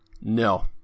No